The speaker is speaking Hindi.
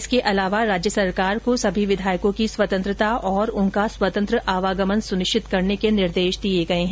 इसके अलावा राज्य सरकार को सभी विधायकों की स्वत्रंतता और उनका स्वतंत्र आवागमन सुनिश्चित करने के निर्देश दिए गए हैं